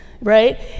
Right